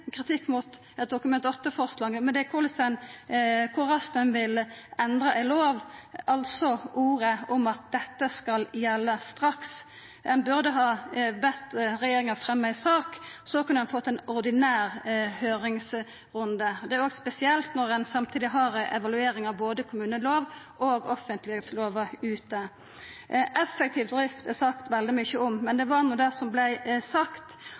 kritikk mot Dokument 8-forslaget, men kor raskt ein vil endra ei lov, altså orda om at dette skal gjelde straks. Ein burde ha bedt regjeringa fremja ei sak, så kunne ein fått ein ordinær høyringsrunde. Det er òg spesielt når ein samtidig har ei evaluering av både kommunelova og offentleglova ute. Effektiv drift er det sagt veldig mykje om, men det var no det som vart sagt,